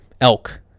elk